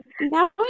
Now